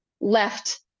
left